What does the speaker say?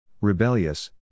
rebellious